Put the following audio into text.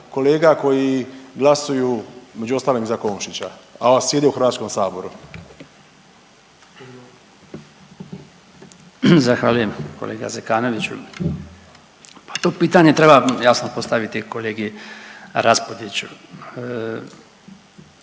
kolega koji glasuju između ostalog i za Komšića, a sjede u Hrvatskom saboru. **Bačić, Branko (HDZ)** Zahvaljujem kolega Zekanoviću. To pitanje treba jasno postaviti kolegi Raspudiću.